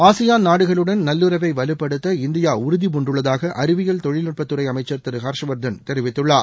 ASEAN நாடுகளுடன் நல்லுறவைவலுப்படுத்த இந்தியாஉறுதிபூண்டுள்ளதாகஅறிவியல் தொழில்நுட்பத்துறைஅமைச்சர் திரு ஹர்ஷ்வர்தன் தெரிவித்துள்ளார்